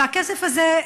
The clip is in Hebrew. והכסף הזה,